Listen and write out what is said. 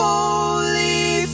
holy